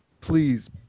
please